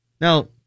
Now